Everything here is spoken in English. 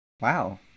Wow